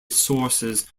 sources